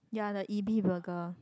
ya the Ebi Burger